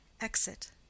exit